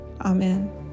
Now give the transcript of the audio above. Amen